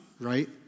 Right